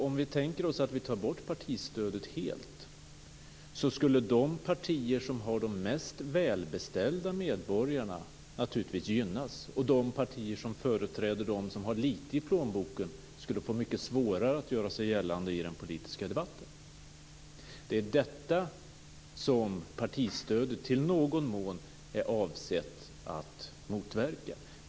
Om vi tänker oss att vi tar bort partistödet helt skulle de partier som har de mest välbeställda medborgarna naturligtvis gynnas, och de partier som företräder dem som har lite i plånboken skulle få mycket svårare att göra sig gällande i den politiska debatten. Det är detta som partistödet till någon mån är avsett att motverka.